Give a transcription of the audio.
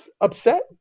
upset